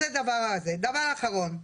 דבר אחרון,